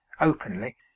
openly